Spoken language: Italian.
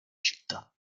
città